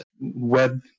web